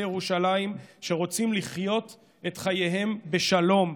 ירושלים שרוצים לחיות את חייהם בשלום,